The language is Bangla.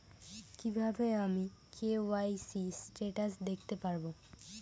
কিভাবে আমি কে.ওয়াই.সি স্টেটাস দেখতে পারবো?